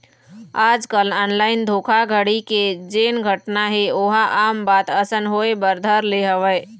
आजकल ऑनलाइन धोखाघड़ी के जेन घटना हे ओहा आम बात असन होय बर धर ले हवय